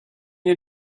you